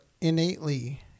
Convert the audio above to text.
innately